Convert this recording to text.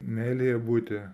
meilėje būti